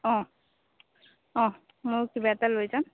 অঁ অঁ মইয়ো কিবা এটা লৈ যাম